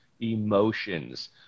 emotions